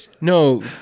No